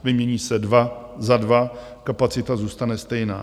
Vymění se dva za dva, kapacita zůstane stejná.